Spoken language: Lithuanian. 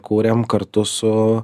kūrėm kartu su